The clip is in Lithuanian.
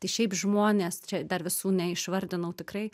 tai šiaip žmonės čia dar visų neišvardinau tikrai